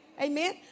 amen